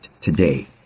today